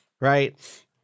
right